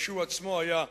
או שהוא עצמו היה,